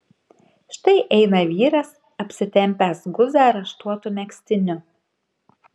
štai eina vyras apsitempęs guzą raštuotu megztiniu